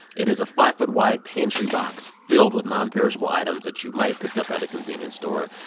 it is a five foot wide pantry box filled with nonperishable items that you might pick up at a convenience store.